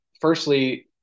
firstly –